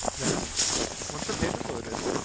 then once our page is loaded,